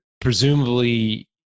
presumably